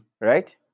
right